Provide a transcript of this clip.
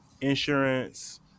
insurance